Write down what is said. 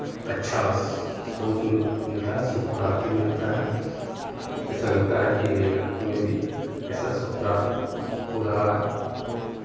अच्छा स्रोत मि मिलता है सुख प्राप्ति मिलता है ऐसा लगता है की हमें भी ऐसा सुख प्राप्त हो रहा है